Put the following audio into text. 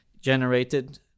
generated